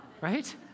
right